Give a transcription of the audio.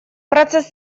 процесс